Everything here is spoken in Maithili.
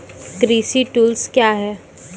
कृषि टुल्स क्या हैं?